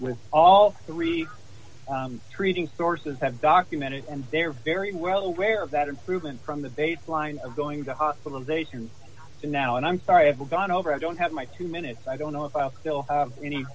ith all three treating sources have documented and they're very well aware of that improvement from the baseline of going to hospitalization now and i'm sorry i've gone over i don't have my two minutes i don't know if i'll fill